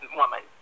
woman